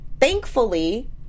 Thankfully